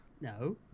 no